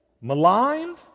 maligned